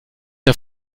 der